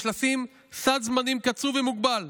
יש לשים סד זמנים קצוב ומוגבל,